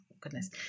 goodness